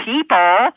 people